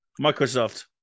Microsoft